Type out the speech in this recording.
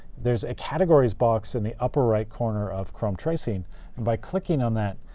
there's a categories box in the upper right corner of chrome tracing, and by clicking on that,